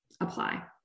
apply